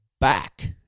back